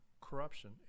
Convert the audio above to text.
corruption